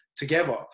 together